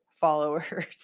followers